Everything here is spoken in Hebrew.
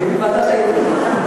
אני בוועדת האיתור.